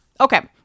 Okay